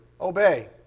obey